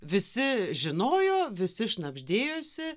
visi žinojo visi šnabždėjosi